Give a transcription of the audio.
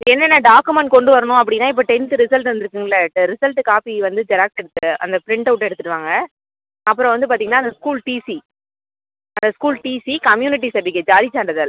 என்னென்ன டாக்குமெண்ட் கொண்டு வரணும் அப்படின்னா இப்போ டென்த்து ரிசல்ட்டு வந்துருக்குங்கல்ல ரிசல்ட்டு காப்பி வந்து ஜெராக்ஸ் எடுத்து அந்த பிரிண்ட்டவுட் எடுத்துகிட்டு வாங்க அப்புறம் வந்து பார்த்திங்கன்னா அந்த school TC school TC community certificate ஜாதி சான்றிதழ்